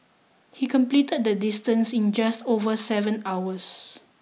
he completed the distance in just over seven hours